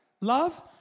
Love